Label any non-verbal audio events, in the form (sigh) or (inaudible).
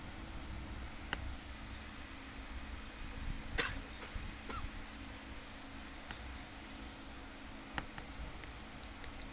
(coughs)